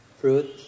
fruit